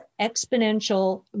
exponential